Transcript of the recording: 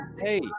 hey